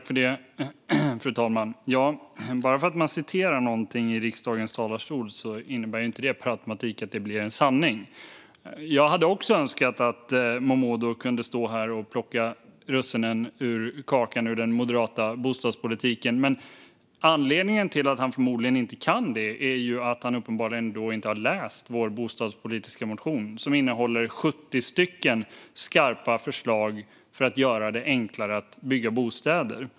Fru talman! Bara för att man citerar någonting i riksdagens talarstol blir det inte per automatik en sanning. Jag hade också önskat att Momodou kunde stå här och plocka russinen ur kakan som är den moderata bostadspolitiken. Anledningen till att han inte kan det är förmodligen att han inte har läst vår bostadspolitiska motion, som innehåller 70 skarpa förslag för att göra det enklare att bygga bostäder.